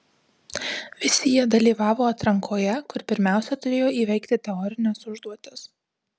visi jie dalyvavo atrankoje kur pirmiausia turėjo įveikti teorines užduotis